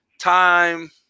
time